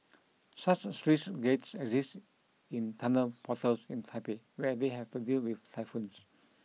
such sluice gates exist in tunnel portals in Taipei where they have to deal with typhoons